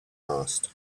asked